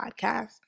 podcast